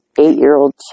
eight-year-old